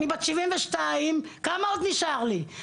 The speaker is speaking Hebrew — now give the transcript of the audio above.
אני היום בת 72, כמה עוד נשאר לי?